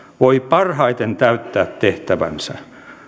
voi parhaiten täyttää tehtävänsä